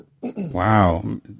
Wow